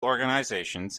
organisations